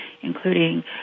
including